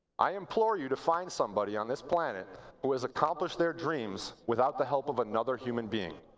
i implore you to find somebody on this planet who has accomplished their dreams without the help of another human being.